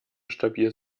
stabil